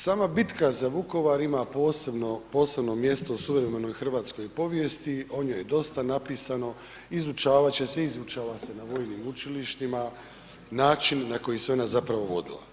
Sama bitka za Vukovar ima posebno, posebno mjesto u suvremenoj hrvatskoj povijesti, o njoj je dosta napisano, izučavat će se, izučava se na vojnim učilištima, način na koji se ona zapravo vodila.